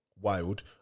wild